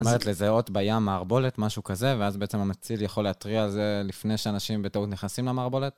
חלנמדףחכהמףחכהמחזד